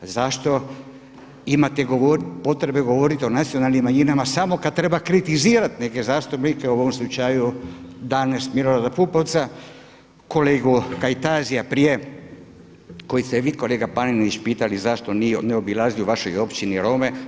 Zašto imate potrebe govoriti o nacionalnim manjinama samo kad treba kritizirat neke zastupnike u ovom slučaju danas Milorada Pupovca, kolegu Kajtazija prije kojeg ste vi kolega Panenić pitali zašto ne obilazi u vašoj općini Rome.